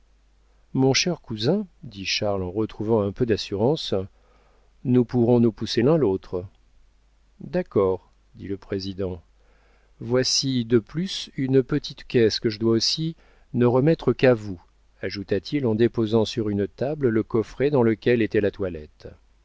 mon cher cousin dit charles en retrouvant un peu d'assurance nous pourrons nous pousser l'un l'autre d'accord dit le président voici de plus une petite caisse que je dois aussi ne remettre qu'à vous ajouta-t-il en déposant sur une table le coffret dans lequel était la toilette